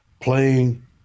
playing